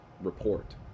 report